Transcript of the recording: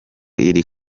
iri